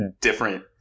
different